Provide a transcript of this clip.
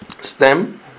stem